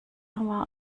war